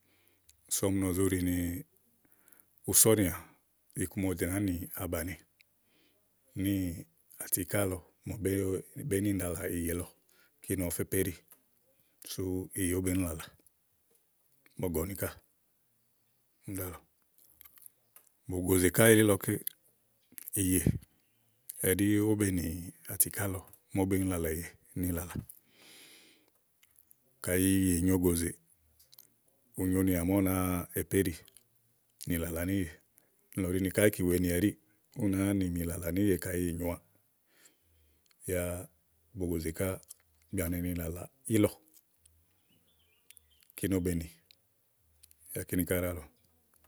kíni sú ɔmi nɔ zóɖi ni ùú sɔnìà iku ma ɔwɔ dò nàáa àbàni. míì àtiká lɔ màáké bèé ni làlà ìyè lɔ, kíni ɔwɔ fé pèéɖì, kíni sú ìyè ówó bèé ni làlà. bɔ̀gɔ̀nì ká úni ɖálɔ̀ɔ bògòzè ká bògòzè ká bògòzè ká elílɔké, ìyè ɛɖí ówó be nì atiká lɔ màa bèé ni làlà ìyè ni làlà kayi ìyè nyòo ògòzè, ù nyonìà màaké ú nàáa èpéɖì nì làlà níìyè níìlɔ ɖí ni káyi kiwèe ni ɛɖí ú nàáa mì nì làlà níìyè kayi ìyè nyòoà yá bògòzè ká bìà ù ne nì làlà ílɔ kíni ówó be nì yá kíni ká ɖíàlɔ̀.